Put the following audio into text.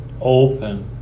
Open